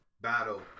Battle